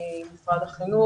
אני לא מדבר על טיפול נקודתי.